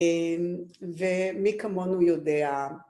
אהם ... ומי כמונו יודע.